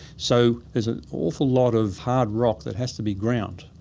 so there's an awful lot of hard rock that has to be ground,